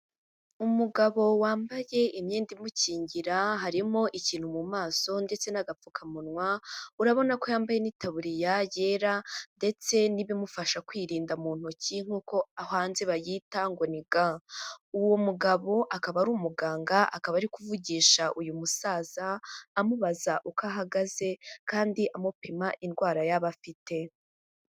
Umugabo wambaye imyenda imukingira, harimo ikintu mu maso ndetse n'agapfukamunwa, urabona ko yambaye n'itaburiya yera ndetse n'ibimufasha kwirinda mu ntoki nkuko hanze bayita ngo ni ga, uwo mugabo akaba ari umuganga akaba ari kuvugisha uyu musaza, amubaza uko ahagaze kandi amupima indwara yaba afite.